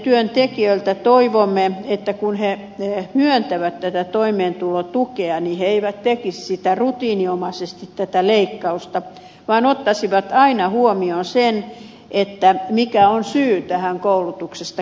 sosiaalityöntekijöiltä toivomme että kun he myöntävät tätä toimeentulotukea niin he eivät tekisi rutiininomaisesti tätä leikkausta vaan ottaisivat aina huomioon sen mikä on syy tähän koulutuksesta kieltäytymiseen